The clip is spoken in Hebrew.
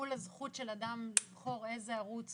זה מול הזכות של אדם לבחור באיזה ערוץ